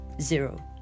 zero